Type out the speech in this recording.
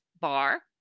Bar